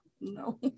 No